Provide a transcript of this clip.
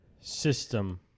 system